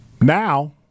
Now